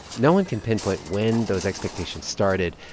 no one can pinpoint when those expectations started,